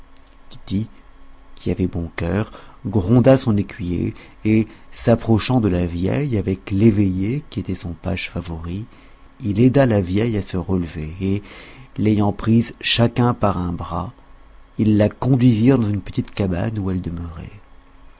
tity qui avait un bon cœur gronda son écuyer et s'approchant de la vieille avec l'eveillé qui était son page favori il aida à la vieille à se relever et l'ayant prise chacun par un bras ils la conduisirent dans une petite cabane où elle demeurait